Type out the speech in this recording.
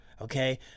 Okay